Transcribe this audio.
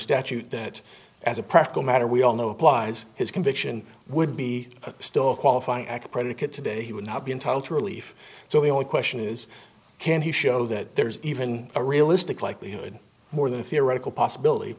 statute that as a practical matter we all know applies his conviction would be still qualify as a predicate today he would not be entitled to relief so the only question is can he show that there's even a realistic likelihood more than a theoretical possibility